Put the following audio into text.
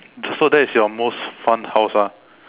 so that's your most fun house ah